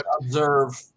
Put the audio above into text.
observe